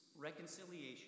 reconciliation